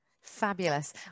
fabulous